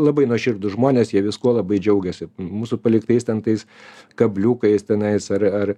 labai nuoširdūs žmonės jie viskuo labai džiaugiasi mūsų paliktais ten tais kabliukais tenais ar ar